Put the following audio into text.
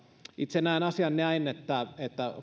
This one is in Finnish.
itse näen asian niin että